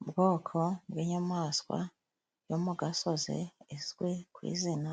Ubwoko bw'inyamaswa yo mu gasozi izwi ku izina